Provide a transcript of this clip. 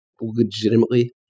legitimately